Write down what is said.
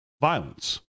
violence